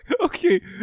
Okay